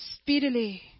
speedily